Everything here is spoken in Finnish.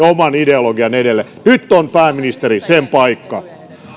oman ideologian edelle nyt on pääministeri sen paikka